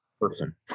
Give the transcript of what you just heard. person